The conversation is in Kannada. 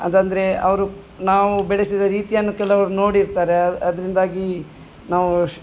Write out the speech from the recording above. ಅದೆಂದರೆ ಅವರು ನಾವು ಬೆಳೆಸಿದ ರೀತಿಯನ್ನು ಕೆಲವ್ರು ನೋಡಿರ್ತಾರೆ ಅದರಿಂದಾಗಿ ನಾವು ಶ್